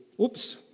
Oops